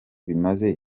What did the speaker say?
bimaze